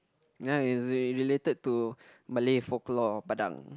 ya is related to Malay folklore Badang